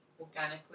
organically